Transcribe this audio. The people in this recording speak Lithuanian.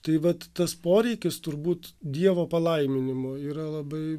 tai vat tas poreikis turbūt dievo palaiminimo yra labai